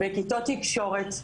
בכיתות תקשורת,